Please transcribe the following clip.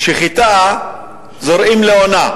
שחיטה זורעים לעונה,